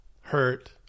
Hurt